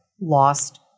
lost